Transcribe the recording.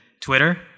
Twitter